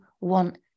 want